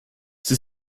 sie